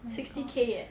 oh my god